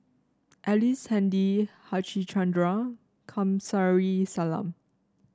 Ellice Handy Harichandra Kamsari Salam